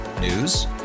News